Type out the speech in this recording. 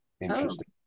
interesting